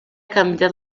canviat